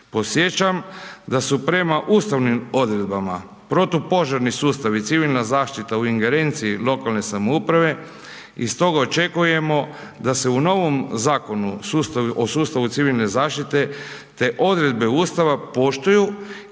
Podsjećam da su prema ustavnim odredbama protupožarni sustav i civilna zaštita u ingerenciji lokalne samouprave i stoga očekujemo da se u novom Zakonu o sustavu civilne zaštite te odredbe Ustava poštuju